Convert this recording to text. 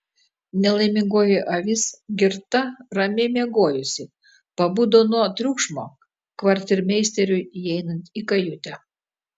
nelaimingoji avis girta ramiai miegojusi pabudo nuo triukšmo kvartirmeisteriui įeinant į kajutę